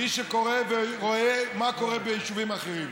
מי שקורא ורואה מה קורה ביישובים אחרים,